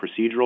procedural